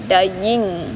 dying